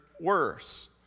worse